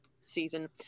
season